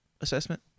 assessment